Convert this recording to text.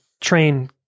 train